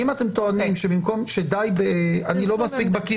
אם אתם טוענים שדי ב אני לא מספיק בקי